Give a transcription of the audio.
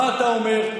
מה אתה אומר,